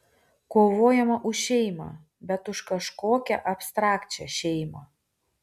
kovojama už šeimą bet už kažkokią abstrakčią šeimą